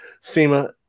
SEMA